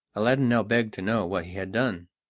aladdin now begged to know what he had done.